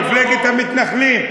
מפלגת המתנחלים,